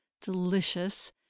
delicious